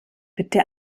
bitte